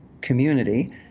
community